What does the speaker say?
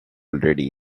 already